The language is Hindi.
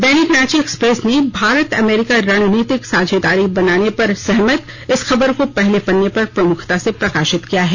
दैनिक रांची एक्सप्रेस ने भारत अमेरिका रणनीतिक साझेदारी बढ़ाने पर सहमत इस खबर को पहले पन्ने पर प्रमुखता से प्रकाशित किया है